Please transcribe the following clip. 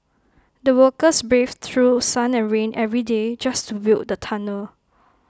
the workers braved through sun and rain every day just to build the tunnel